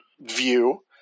view